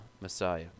Messiah